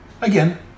again